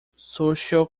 social